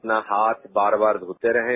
अपना हाथ बार बार धोते रहें